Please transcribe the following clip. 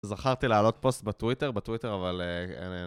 זכרתי לעלות פוסט בטוויטר, בטוויטר, אבל אין...